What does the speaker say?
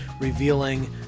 revealing